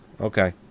Okay